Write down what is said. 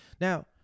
Now